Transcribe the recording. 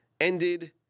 ended